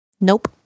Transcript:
Nope